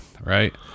right